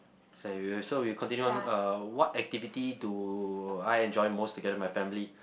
s~ so you continue on uh what activity do I enjoy most together with my family